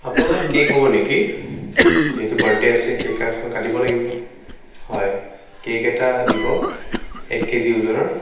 আপোনালোকৰ কেক হ'ব নেকি যিহেতু বাৰ্থডে আছে কেক কাটিব লাগিব হয় কেক এটা দিব এক কেজি ওজনৰ